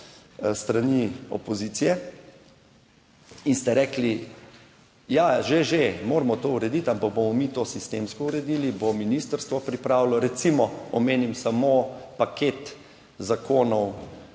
strani opozicije in ste rekli, ja, že že moramo to urediti, ampak bomo mi to sistemsko uredili, bo ministrstvo pripravilo recimo omenim samo paket zakonov,